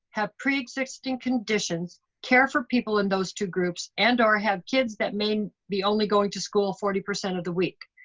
have preexisting conditions, care for people in those two groups, and or have kids that may be only going to school forty percent of the week.